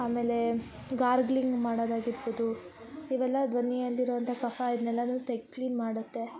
ಆಮೇಲೆ ಗಾರ್ಗ್ಲಿಂಗ್ ಮಾಡೋದಾಗಿರ್ಬೋದು ಇವೆಲ್ಲ ಧ್ವನಿಯಲ್ಲಿರೋವಂಥಾ ಕಫ ಇದ್ನೆಲ್ಲಾನು ತೆಗ್ದು ಕ್ಲೀನ್ ಮಾಡುತ್ತೆ